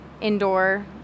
indoor